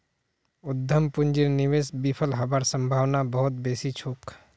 उद्यम पूंजीर निवेश विफल हबार सम्भावना बहुत बेसी छोक